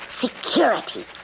Security